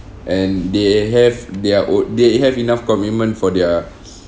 and they have their own they have enough commitment for their